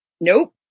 nope